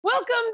Welcome